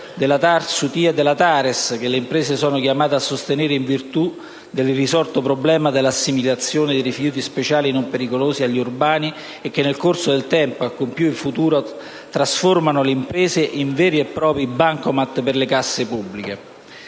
della TARSUTIA e della TARES che le imprese sono chiamate a sostenere in virtù dell'irrisolto problema dell'assimilazione dei rifiuti speciali non pericolosi agli urbani che nel corso del tempo - e ancor di più in futuro - ha trasformato le imprese in veri e propri bancomat per le casse pubbliche.